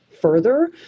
further